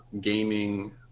gaming